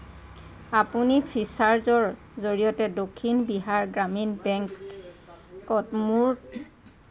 আপুনি ফ্ৰীচাৰ্জৰ জৰিয়তে দক্ষিণ বিহাৰ গ্ৰামীণ বেংকত মোৰ